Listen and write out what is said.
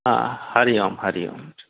हा हरिओम हरिओम